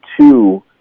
two